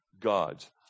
God's